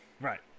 Right